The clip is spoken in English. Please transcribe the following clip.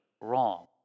wrong